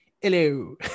hello